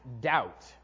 doubt